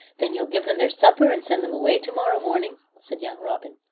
then you'll give them their supper and send them away to-morrow morning, said young robin.